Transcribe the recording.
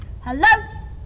Hello